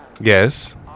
yes